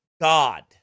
God